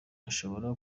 ashobora